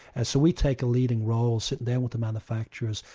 and so we take a leading role, sit down with the manufacturers,